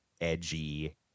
edgy